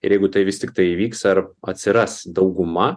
ir jeigu tai vis tiktai įvyks ar atsiras dauguma